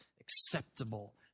acceptable